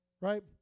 right